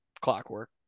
clockwork